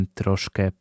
troszkę